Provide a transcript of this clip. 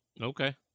Okay